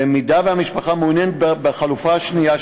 במידה שהמשפחה מעוניינת בחלופה השנייה,